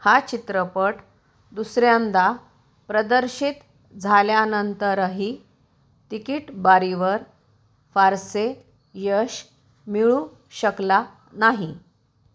हा चित्रपट दुसऱ्यांंदा प्रदर्शित झाल्यानंतरही तिकीट बारीवर फारसे यश मिळवू शकला नाही